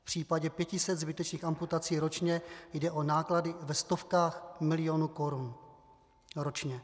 V případě 500 zbytečných amputací ročně jde o náklady ve stovkách milionů korun ročně.